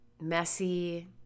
messy